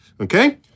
okay